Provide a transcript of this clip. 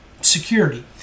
security